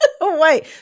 Wait